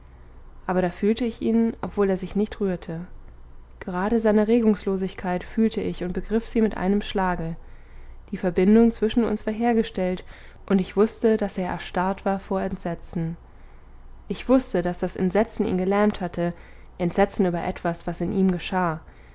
aber da fühlte ich ihn obwohl er sich nicht rührte gerade seine regungslosigkeit fühlte ich und begriff sie mit einem schlage die verbindung zwischen uns war hergestellt und ich wußte daß er erstarrt war vor entsetzen ich wußte daß das entsetzen ihn gelähmt hatte entsetzen über etwas was in ihm geschah